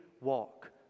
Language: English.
walk